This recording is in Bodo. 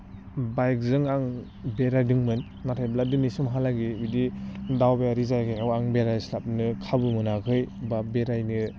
बाइकजों आं बेरायदोंमोन नाथायब्ला दिनैसिमहालागै बिदि दावबायारि जायगायाव आं बेरायस्लाबनो खाबु मोनाखै बा बेरायनो